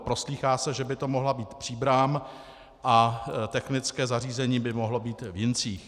Proslýchá se, že by to mohla být Příbram a technické zařízení by mohlo být v Jincích.